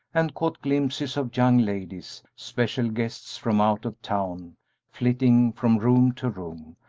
and caught glimpses of young ladies special guests from out of town flitting from room to room,